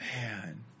Man